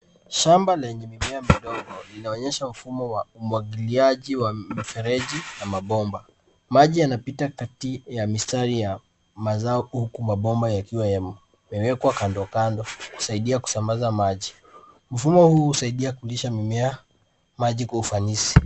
Shamba lenye mimea midogo inaonyesha mfumo wa umwagiliaji wa mfereji na mabomba. Maji yanapita kati ya mistari ya mazao huku mabomba yakiwa yamewekwa kando kando kando kusaidia kusambaza maji. Mfumo huu husaidia kulisha mimea maji kwa ufanisi.